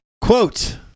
Quote